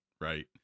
right